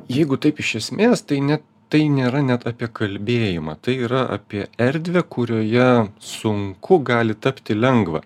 jeigu taip iš esmės tai ne tai nėra net apie kalbėjimą tai yra apie erdvę kurioje sunku gali tapti lengva